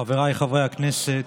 חבריי חברי הכנסת,